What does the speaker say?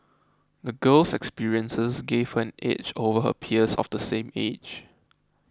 the girl's experiences gave her an edge over her peers of the same age